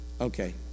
Okay